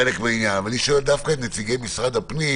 אני שואל דווקא את נציגי משרד הפנים